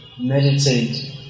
meditate